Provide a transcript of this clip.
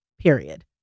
period